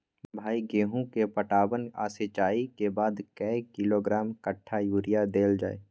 भाई गेहूं के पटवन आ सिंचाई के बाद कैए किलोग्राम कट्ठा यूरिया देल जाय?